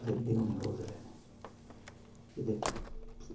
सिद्धे होने उसलै